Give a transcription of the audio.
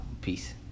Peace